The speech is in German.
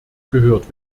gehört